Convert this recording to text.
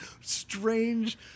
strange